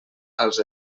als